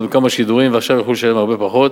בכמה שידורים ועכשיו יוכלו לשלם פחות.